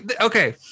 Okay